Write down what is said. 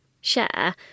share